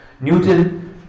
Newton